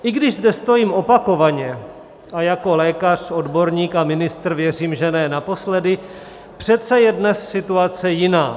I když zde stojím opakovaně a jako lékař, odborník a ministr věřím, že ne naposledy, přece je dnes situace jiná.